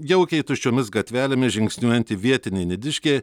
jaukiai tuščiomis gatvelėmis žingsniuojanti vietinė nidiškė